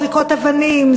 זריקות אבנים,